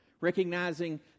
recognizing